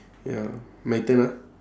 ya my turn ah